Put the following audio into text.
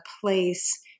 place